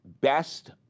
Best